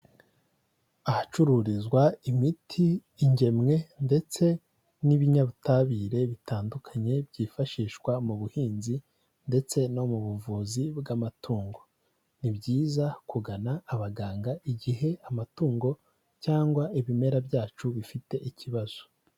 Ahacururizwa imiti, ingemwe ndetse n'ibinyabutabire bitandukanye byifashishwa mu buhinzi ndetse no mu buvuzi bw'amatungo. Ni byiza kugana abaganga igihe amatungo cyangwa ibimera byacu bifite ikibazo.